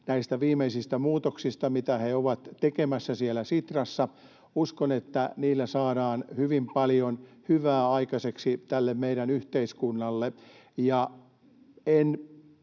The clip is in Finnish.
näistä viimeisistä muutoksista, mitä he ovat tekemässä siellä Sitrassa. Uskon, että niillä saadaan hyvin paljon hyvää aikaiseksi meidän yhteiskunnalle. En